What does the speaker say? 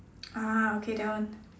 ah okay that one